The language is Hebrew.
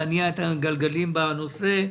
להניע את הגלגלים בנושא.